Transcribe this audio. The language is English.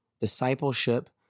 discipleship